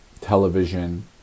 television